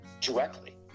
directly